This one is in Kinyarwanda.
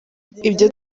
ibyo